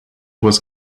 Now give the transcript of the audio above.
was